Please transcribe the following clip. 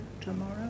tomorrow